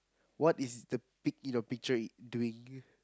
what is the pig in your picture doing